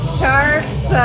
sharks